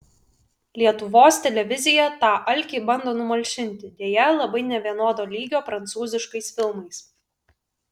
lietuvos televizija tą alkį bando numalšinti deja labai nevienodo lygio prancūziškais filmais